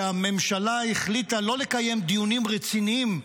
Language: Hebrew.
שהממשלה החליטה לא לקיים דיונים רציניים,